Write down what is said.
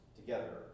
together